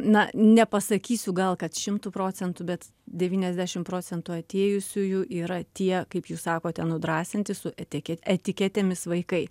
na nepasakysiu gal kad šimtu procentų bet devyniasdešim procentų atėjusiųjų yra tie kaip jūs sakote nudrąsinti su etike etiketėmis vaikai